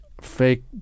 fake